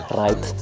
right